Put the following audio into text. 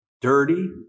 Dirty